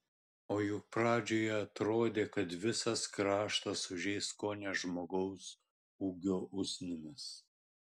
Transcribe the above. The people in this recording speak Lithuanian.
o juk pradžioje atrodė kad visas kraštas užeis kone žmogaus ūgio usnimis